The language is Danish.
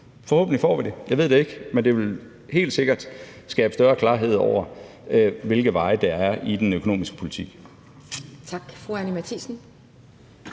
Forhåbentlig får vi det, jeg ved det ikke, men det vil helt sikkert skabe større klarhed over, hvilke veje der er i den økonomiske politik.